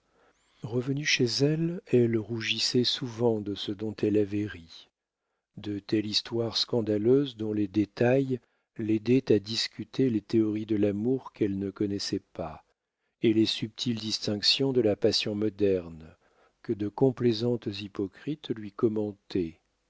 revenue chez elle elle rougissait souvent de ce dont elle avait ri de telle histoire scandaleuse dont les détails l'aidaient à discuter les théories de l'amour qu'elle ne connaissait pas et les subtiles distinctions de la passion moderne que de complaisantes hypocrites lui commentaient